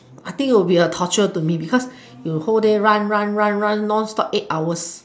I think it would be a torture to me because you whole day run run run run non stop eight hours